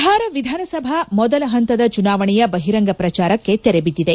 ಬಿಹಾರ ವಿಧಾನಸಭಾ ಮೊದಲ ಹಂತದ ಚುನಾವಣೆಯ ಬಹಿರಂಗ ಪ್ರಚಾರಕ್ಷೆ ತೆರೆ ಬಿದ್ದಿದೆ